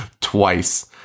twice